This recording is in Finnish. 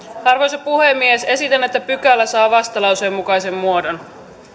arvoisa puhemies esitän että pykälä saa vastalauseen mukaisen muodon